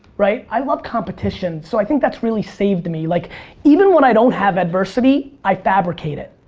right. i love competition, so i think that's really saved me. like even when i don't have adversity, i fabricate it.